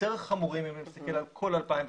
יותר חמורים אם נסתכל על כל 2019,